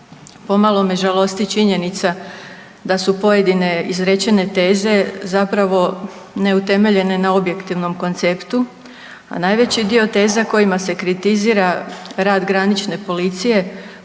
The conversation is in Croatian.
Pomalo me žalosti činjenica da su pojedine izrečene teze zapravo neutemeljene na objektivnom konceptu, a najveći dio teza kojima se kritizira rad granične policije